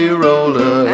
roller